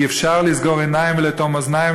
אי-אפשר לסגור עיניים ולאטום אוזניים